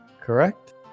correct